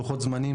לוחות זמנים,